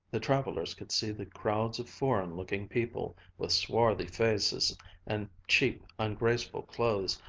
the travelers could see the crowds of foreign-looking people, with swarthy faces and cheap, ungraceful clothes,